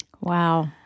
Wow